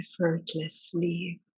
effortlessly